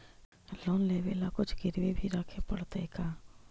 Loan लेबे ल कुछ गिरबी भी रखे पड़तै का?